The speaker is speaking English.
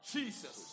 Jesus